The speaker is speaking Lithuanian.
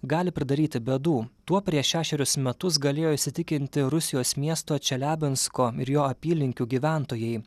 gali pridaryti bėdų tuo prieš šešerius metus galėjo įsitikinti rusijos miesto čeliabinsko ir jo apylinkių gyventojai